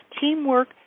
teamwork